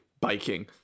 biking